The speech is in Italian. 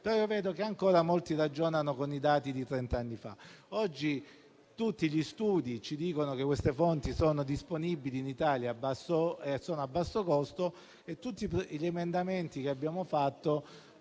però che ancora molti ragionano con i dati di trenta anni fa. Oggi tutti gli studi rilevano che queste fonti sono disponibili in Italia a basso costo. Tutti gli emendamenti che abbiamo